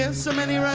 and so many